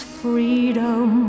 freedom